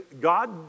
God